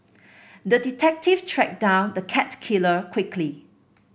the detective tracked down the cat killer quickly